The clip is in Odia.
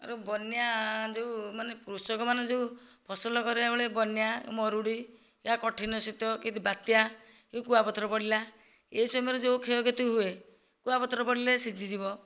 ବନ୍ୟା ଯେଉଁ ମାନେ କୃଷକମାନେ ଯେଉଁ ଫସଲ କରିବା ବେଳେ ବନ୍ୟା ମରୁଡ଼ି ବା କଠିନ ଶୀତ କି ବାତ୍ୟା କି କୁଆପଥର ପଡ଼ିଲା ଏ ସମୟରେ ଯେଉଁ କ୍ଷୟକ୍ଷତି ହୁଏ କୁଆପଥର ପଡ଼ିଲେ ସିଝିଯିବ